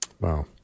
wow